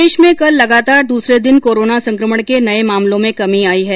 प्रदेश में कल लगातार दूसरे दिन कोरोना संकमण के नये मामलों में कमी आई है